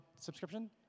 subscription